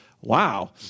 wow